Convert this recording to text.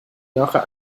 nachher